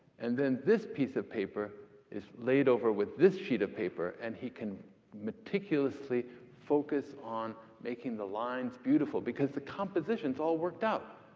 and then this piece of paper is laid over with this sheet of paper, and he can meticulously focus on making the lines beautiful, because the composition's all worked out.